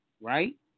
right